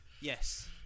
yes